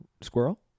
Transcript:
Squirrel